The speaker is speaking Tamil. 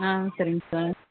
ஆ சரிங் சார்